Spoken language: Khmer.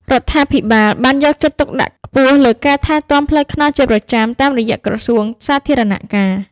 រដ្ឋាភិបាលបានយកចិត្តទុកដាក់ខ្ពស់លើការថែទាំផ្លូវថ្នល់ជាប្រចាំតាមរយៈក្រសួងសាធារណការ។